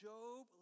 Job